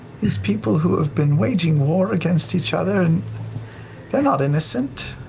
these people who have been waging war against each other, and they're not innocent.